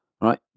Right